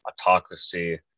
autocracy